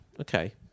okay